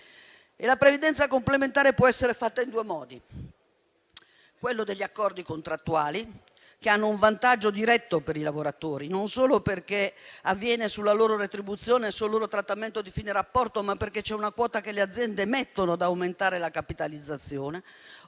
la previdenza complementare può essere fatta in due modi: con gli accordi contrattuali, che hanno un vantaggio diretto per i lavoratori non solo perché avviene sulla loro retribuzione e sul loro trattamento di fine rapporto, ma perché c'è una quota che le aziende mettono ad aumentare la capitalizzazione,